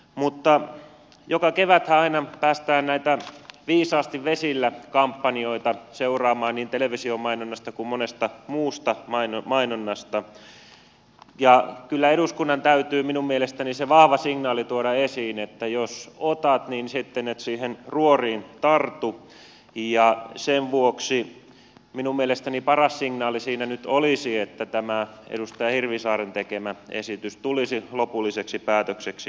mutta joka keväthän aina päästään näitä viisaasti vesillä kampanjoita seuraamaan niin television mainonnasta kuin monesta muustakin mainonnasta ja kyllä eduskunnan täytyy minun mielestäni se vahva signaali tuoda esiin että jos otat niin sitten et siihen ruoriin tartu ja sen vuoksi minun mielestäni paras signaali siinä nyt olisi että tämä edustaja hirvisaaren tekemä esitys tulisi lopulliseksi päätökseksi